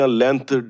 length